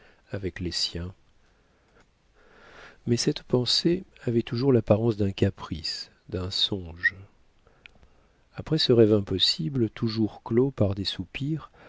avec les siens mais cette pensée avait toujours l'apparence d'un caprice d'un songe après ce rêve impossible toujours clos par des soupirs